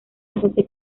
hacerse